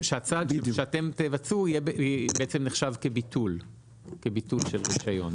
כי אני פשוט לא בטוח שהצעד שאתם תבצעו יהיה נחשב כביטול של רישיון.